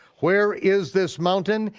where is this mountain?